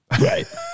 Right